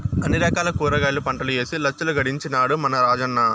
అన్ని రకాల కూరగాయల పంటలూ ఏసి లచ్చలు గడించినాడ మన రాజన్న